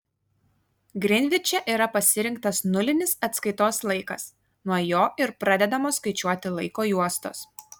grinviče yra pasirinktas nulinis atskaitos laikas nuo jo ir pradedamos skaičiuoti laiko juostos